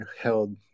held